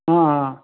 हा हा